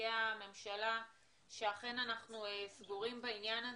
נציגי הממשלה שאכן אנחנו סגורים בעניין הזה.